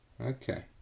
okay